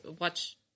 watch